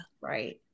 Right